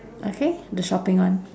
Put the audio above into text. okay the shopping one